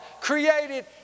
created